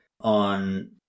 on